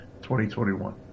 2021